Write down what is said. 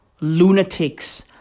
lunatics